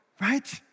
Right